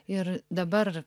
ir dabar